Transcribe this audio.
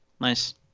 nice